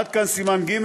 עד כאן סימן ג'.